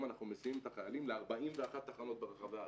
אנחנו מסיעים את החיילים ל-41 תחנות ברחבי הארץ.